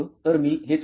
तर् मी हेच करतो